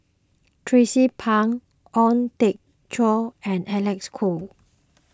Tracie Pang Ong Teng Cheong and Alecs Kuok